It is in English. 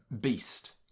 beast